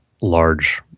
large